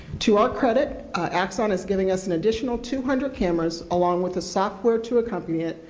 to our credit, axon is giving us an additional two hundred cameras, along with the software to accompany it,